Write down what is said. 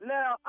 Now